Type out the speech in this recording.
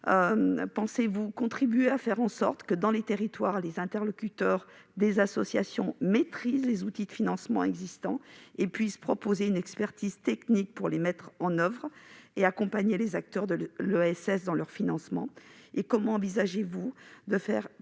comment pensez-vous contribuer concrètement à faire en sorte que, dans les territoires, les interlocuteurs des associations maîtrisent les outils de financement existants et puissent proposer une expertise technique pour les mettre en oeuvre et accompagner les acteurs de l'ESS dans leur financement ?